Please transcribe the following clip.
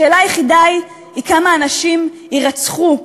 השאלה היחידה היא כמה אנשים יירצחו וימותו,